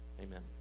Amen